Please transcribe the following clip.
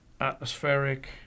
atmospheric